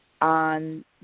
On